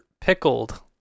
Pickled